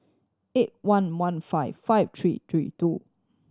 eight one one five five three three two